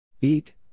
Eat